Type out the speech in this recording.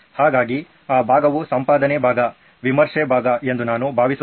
ಹಾಗಾಗಿ ಆ ಭಾಗವು ಸಂಪಾದನೆ ಭಾಗ ವಿಮರ್ಶೆ ಭಾಗ ಎಂದು ನಾನು ಭಾವಿಸುತ್ತೇನೆ